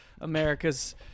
America's